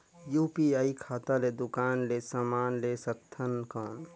UPI खाता ले दुकान ले समान ले सकथन कौन?